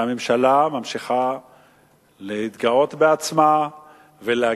והממשלה ממשיכה להתגאות בעצמה ולהגיד: